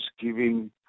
giving